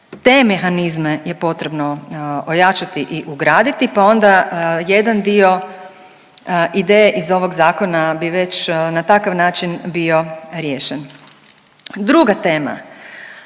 Te mehanizme je potrebno ojačati i ugraditi, pa onda jedan dio ideje iz ovog zakona bi već na takav način bio riješen. Druga tema,